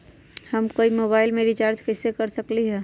हम कोई मोबाईल में रिचार्ज कईसे कर सकली ह?